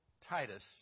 Titus